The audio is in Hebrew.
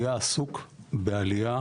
היה עסוק בעלייה,